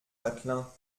vatelin